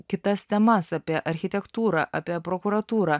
kitas temas apie architektūrą apie prokuratūrą